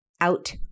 Out